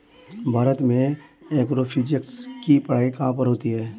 भारत में एग्रोफिजिक्स की पढ़ाई कहाँ पर होती है?